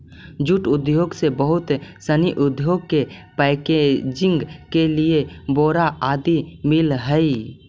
jute उद्योग से बहुत सनी उद्योग के पैकेजिंग के लिए बोरा आदि मिलऽ हइ